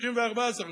34 שרים.